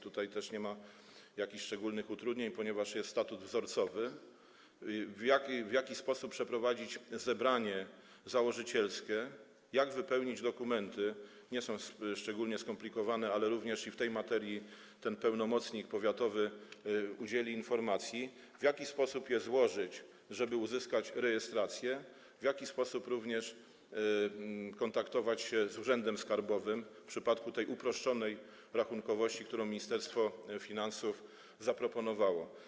Tutaj też nie ma jakichś szczególnych utrudnień, ponieważ jest statut wzorcowy, w jaki sposób przeprowadzić zebranie założycielskie, jak wypełnić dokumenty - nie jest to szczególnie skomplikowane, ale również w tej materii ten pełnomocnik powiatowy udzieli informacji - w jaki sposób je złożyć, żeby uzyskać rejestrację, w jaki sposób również kontaktować się z urzędem skarbowym w przypadku tej uproszczonej rachunkowości, którą Ministerstwo Finansów zaproponowało.